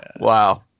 Wow